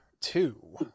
two